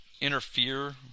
interfere